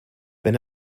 wenn